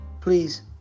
please